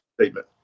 statement